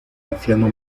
anciano